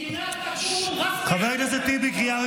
מדינה תקום ע'צבן ענו,